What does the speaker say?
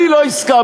אני לא הסכמתי.